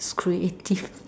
creative